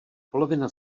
polovina